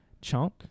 chunk